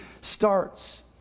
starts